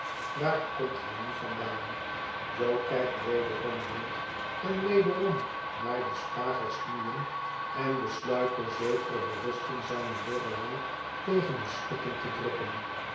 waar komt gij nu vandaan jo kijkt wederom rond en wederom naar des vragers knieën en besluit door met zekere berusting zijne dorre wang tegen de schutting te drukken